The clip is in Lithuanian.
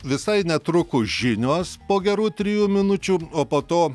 visai netrukus žinios po gerų trijų minučių o po to